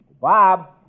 Bob